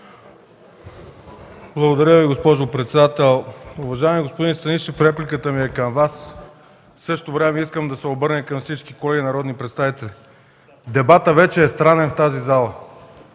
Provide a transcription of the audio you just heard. Благодаря Ви, госпожо председател. Уважаеми господин Станишев, репликата ми е към Вас. В същото време искам да се обърна и към всички колеги народни представители. Дебатът в тази зала